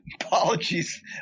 Apologies